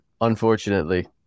Unfortunately